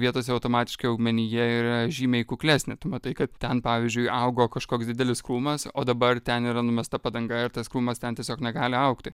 vietose automatiškai augmenija yra žymiai kuklesnė matai kad ten pavyzdžiui augo kažkoks didelis krūmas o dabar ten yra numesta padanga ir tas krūmas ten tiesiog negali augti